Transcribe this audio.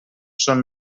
són